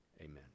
Amen